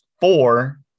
four